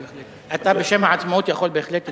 אתה בשם העצמאות יכול בהחלט לדבר.